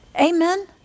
Amen